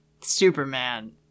Superman